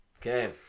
Okay